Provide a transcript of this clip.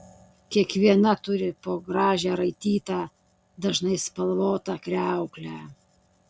kiekviena turi po gražią raitytą dažnai spalvotą kriauklę